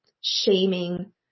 shaming